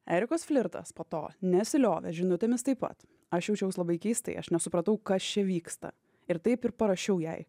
erikos flirtas po to nesiliovė žinutėmis taip pat aš jaučiaus labai keistai aš nesupratau kas čia vyksta ir taip ir parašiau jai